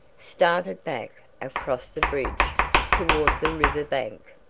started back across the bridge toward the river-bank.